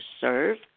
serve